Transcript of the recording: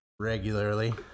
Regularly